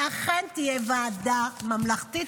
ואכן תהיה ועדה ממלכתית.